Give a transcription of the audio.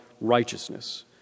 righteousness